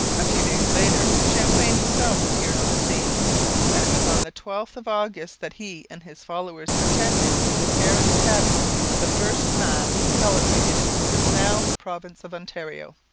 a few days later champlain himself appeared on the scene and it was on the twelfth of august that he and his followers attended in le caron's cabin the first mass celebrated in what is now the province of ontario.